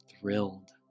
Thrilled